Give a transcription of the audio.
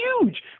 huge